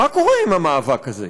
מה קורה עם המאבק הזה?